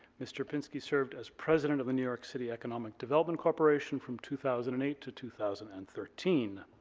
mr. pinsky served as president of the new york city economic development corporation from two thousand and eight to two thousand and thirteen.